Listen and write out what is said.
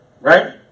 Right